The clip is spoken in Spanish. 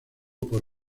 por